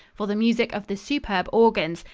for the music of the superb organs,